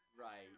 Right